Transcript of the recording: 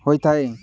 ହୋଇଥାଏ